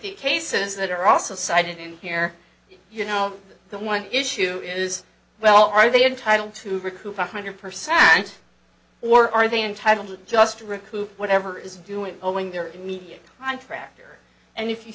the cases that are also cited in here you know the one issue is well are they entitled to recoup one hundred percent or are they entitled to just recoup whatever is doing owing their immediate contractor and if you